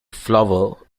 flower